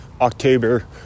October